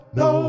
no